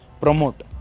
promote